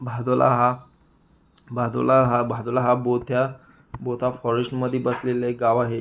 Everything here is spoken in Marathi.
भादोला हा भादोला हा भादोला हा बोथ्या बोथा फॉरेस्टमधी वसलेलं एक गाव आहे